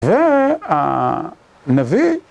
וה... נביא?